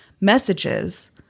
Messages